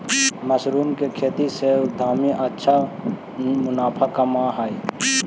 mushroom के खेती से उद्यमी अच्छा मुनाफा कमाइत हइ